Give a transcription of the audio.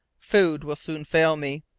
food will soon fail me.